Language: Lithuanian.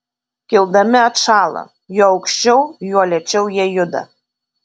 kildami atšąla juo aukščiau juo lėčiau jie juda